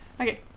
Okay